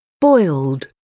boiled